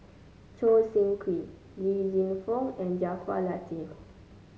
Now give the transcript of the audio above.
Choo Seng Quee Li Lienfung and Jaafar Latiff